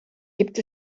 gibt